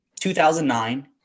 2009